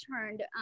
turned